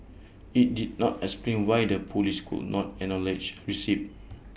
IT did not explain why the Police could not acknowledge receipt